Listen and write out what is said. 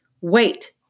Wait